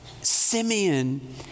Simeon